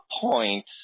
point